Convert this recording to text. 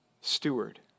steward